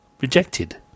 rejected